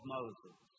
Moses